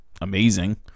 amazing